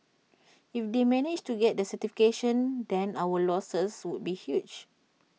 if they managed to get the certification then our losses would be huge